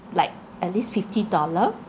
like at least fifty dollar